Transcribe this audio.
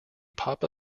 papa